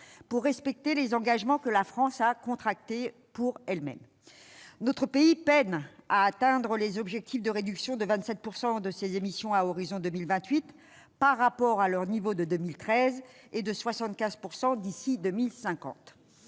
de respecter les engagements qu'elle a contractés pour elle-même. Notre pays peine à atteindre les objectifs de réduction de 27 % de ses émissions à l'horizon de 2028 par rapport à leur niveau de 2013 et de 75 % d'ici à 2050.